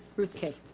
ruth k.